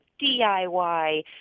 DIY